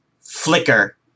flicker